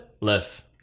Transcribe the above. Left